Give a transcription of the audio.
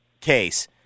case